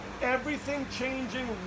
everything-changing